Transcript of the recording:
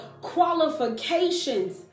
qualifications